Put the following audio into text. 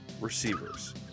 receivers